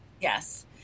Yes